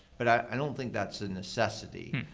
but i don't think that's a necessity.